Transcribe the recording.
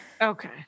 Okay